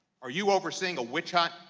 are you overseeing a witchhunt?